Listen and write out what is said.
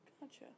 Gotcha